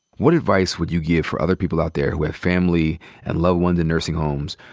what advice would you give for other people out there, who have family and loved ones in nursing homes,